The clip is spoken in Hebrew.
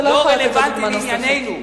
זה לא רלוונטי לענייננו.